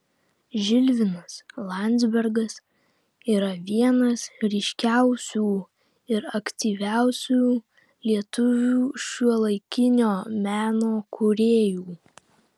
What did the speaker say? žilvinas landzbergas yra vienas ryškiausių ir aktyviausių lietuvių šiuolaikinio meno kūrėjų